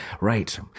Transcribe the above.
Right